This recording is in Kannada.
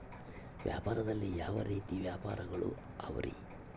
ವ್ಯಾಪಾರದಲ್ಲಿ ಯಾವ ರೇತಿ ವ್ಯಾಪಾರಗಳು ಅವರಿ?